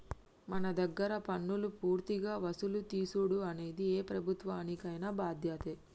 మన దగ్గర పన్నులు పూర్తిగా వసులు తీసుడు అనేది ఏ ప్రభుత్వానికైన బాధ్యతే